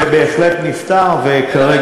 זה כל כך פשוט, זה בהחלט נפתר, וכרגע,